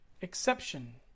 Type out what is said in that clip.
exception